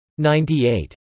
98